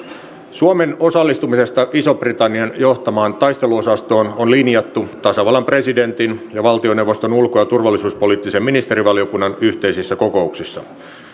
suomen osallistumisesta ison britannian johtamaan taisteluosastoon on linjattu tasavallan presidentin ja valtioneuvoston ulko ja turvallisuuspoliittisen ministerivaliokunnan yhteisissä kokouksissa